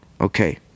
Okay